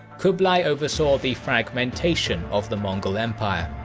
kublai oversaw the fragmentation of the mongol empire.